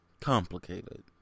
complicated